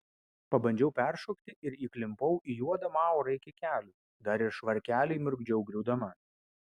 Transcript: pabandžiau peršokti ir įklimpau į juodą maurą iki kelių dar ir švarkelį įmurkdžiau griūdama